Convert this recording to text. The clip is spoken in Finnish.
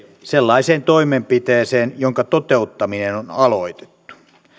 sellaiseen toimenpiteeseen jonka toteuttaminen on aloitettu